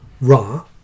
Ra